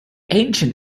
ancient